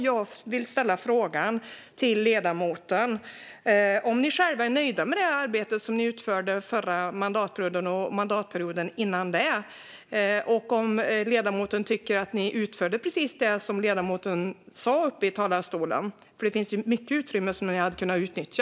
Jag vill ställa frågan till ledamoten om ni själva är nöjda med det arbete som ni utförde förra mandatperioden och mandatperioden innan den och om ledamoten tycker att ni utförde precis det som ledamoten sa uppe i talarstolen. Det fanns mycket utrymme som ni hade kunnat utnyttja.